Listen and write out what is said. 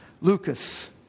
Lucas